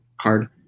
card